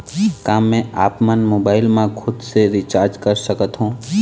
का मैं आपमन मोबाइल मा खुद से रिचार्ज कर सकथों?